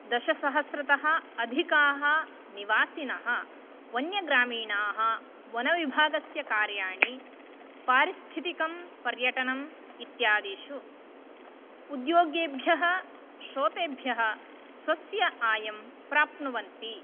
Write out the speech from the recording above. दशसहस्रतः अधिकाः निवासिनः वन्यग्रामीणाः वनविभागस्य कार्याणि पारिस्थितिकं पर्यटनम् इत्यादिषु उद्योगेभ्यः श्रोतेभ्यः स्वस्य आयं प्राप्नुवन्ति